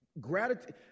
gratitude